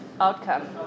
outcome